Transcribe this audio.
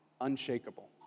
unshakable